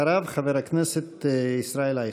אחריו, חבר הכנסת ישראל אייכלר.